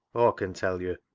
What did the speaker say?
aw con tell yo'.